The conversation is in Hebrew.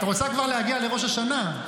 את רוצה כבר להגיע לראש השנה,